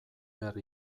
behar